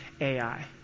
AI